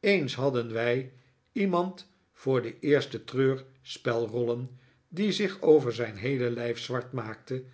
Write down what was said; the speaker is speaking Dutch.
eens hadden wij iemand voor de eerste treurspelrollen die zich over zijn heele lijf zwart maakte